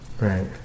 Right